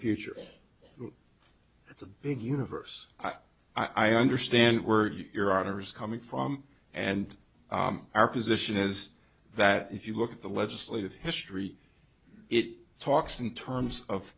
future it's a big universe i understand were your honour's coming from and our position is that if you look at the legislative history it talks in terms of